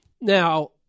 now